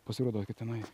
pasirodo kad tenai